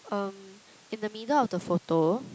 um in the middle of the photo